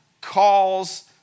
calls